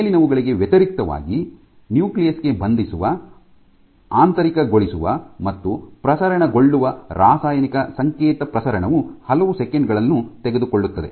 ಮೇಲಿನವುಗಳಿಗೆ ವ್ಯತಿರಿಕ್ತವಾಗಿ ನ್ಯೂಕ್ಲಿಯಸ್ ಗೆ ಬಂಧಿಸುವ ಆಂತರಿಕಗೊಳಿಸುವ ಮತ್ತು ಪ್ರಸರಣಗೊಳ್ಳುವ ರಾಸಾಯನಿಕ ಸಂಕೇತ ಪ್ರಸರಣವು ಹಲವಾರು ಸೆಕೆಂಡು ಗಳನ್ನು ತೆಗೆದುಕೊಳ್ಳುತ್ತದೆ